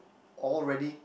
already